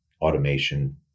automation